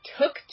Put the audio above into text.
took